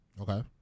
Okay